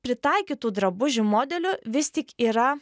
pritaikytų drabužių modelių vis tik yra